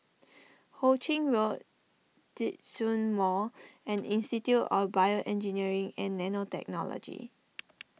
Ho Ching Road Djitsun Mall and Institute of BioEngineering and Nanotechnology